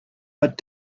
but